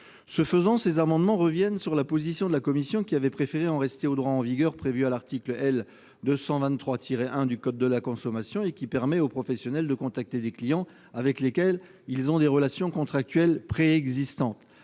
Ce faisant, ces amendements tendent à revenir sur la position de la commission, qui a préféré en rester au droit en vigueur prévu à l'article L. 223-1 du code de la consommation. Cet article permet aux professionnels de contacter des clients avec lesquels ils ont des « relations contractuelles préexistantes